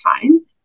time